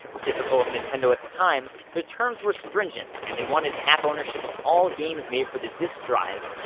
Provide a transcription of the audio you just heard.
typical of nintendo at the time, their terms were stringent, and they wanted half ownership of all games made for the disk drive.